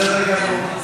בסדר גמור.